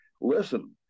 Listen